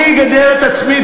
אני אגדר את עצמי,